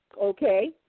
Okay